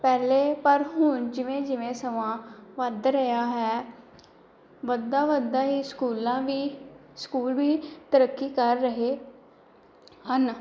ਪਹਿਲੇ ਪਰ ਹੁਣ ਜਿਵੇਂ ਜਿਵੇਂ ਸਮਾਂ ਵੱਧ ਰਿਹਾ ਹੈ ਵੱਧਦਾ ਵੱਧਦਾ ਹੀ ਸਕੂਲਾਂ ਵੀ ਸਕੂਲ ਵੀ ਤਰੱਕੀ ਕਰ ਰਹੇ ਹਨ